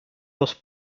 los